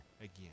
again